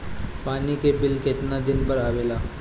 पानी के बिल केतना दिन पर आबे ला?